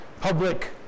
public